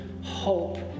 hope